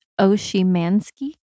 Oshimansky